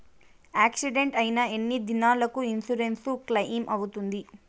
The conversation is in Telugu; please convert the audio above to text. యాక్సిడెంట్ అయిన ఎన్ని దినాలకు ఇన్సూరెన్సు క్లెయిమ్ అవుతుంది?